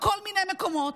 בכל מיני מקומות,